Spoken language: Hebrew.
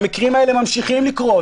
והמקרים האלה ממשיכים לקרות.